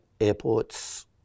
airports